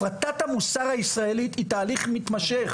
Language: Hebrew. הפרטת המוסר הישראלי היא תהליך מתמשך,